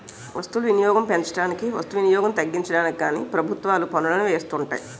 వస్తువులు వినియోగం పెంచడానికి వస్తు వినియోగం తగ్గించడానికి కానీ ప్రభుత్వాలు పన్నులను వేస్తుంటాయి